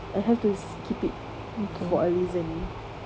I have to keep it for a reason